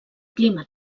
clima